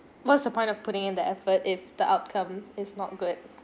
what's the point of putting in the effort if the outcome is not good